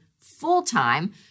full-time